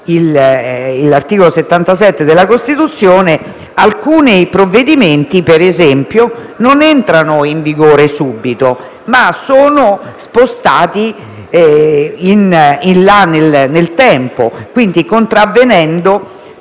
l'articolo 77 della Costituzione, alcuni provvedimenti, per esempio, non entrano in vigore subito, ma sono spostati in là nel tempo. Pensiamo ad esempio